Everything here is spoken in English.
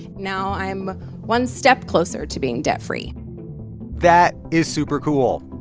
now i'm one step closer to being debt-free that is super cool,